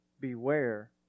Beware